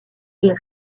est